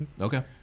Okay